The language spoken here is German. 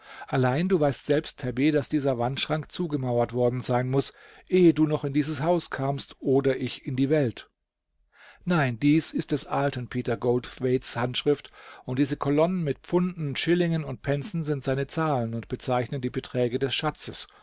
allein du weißt selbst tabby daß dieser wandschrank zugemauert worden sein muß ehe du noch in dieses haus kamst oder ich in die welt nein dies ist des alten peter goldthwaites handschrift und diese kolonnen mit pfunden schillingen und pencen sind seine zahlen und bezeichnen die beträge des schatzes